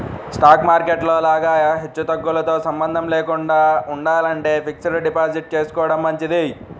stock market లో లాగా హెచ్చుతగ్గులతో సంబంధం లేకుండా ఉండాలంటే ఫిక్స్డ్ డిపాజిట్ చేసుకోడం మంచిది